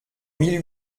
mille